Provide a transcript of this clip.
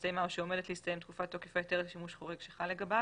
שהסתיימה או שעומדת להסתיים תקופת תוקף ההיתר לשימוש חורג שחל לגביו,